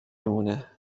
مونه